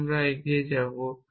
তাই আমি এগিয়ে যেতে পারি